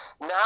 now